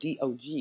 Dog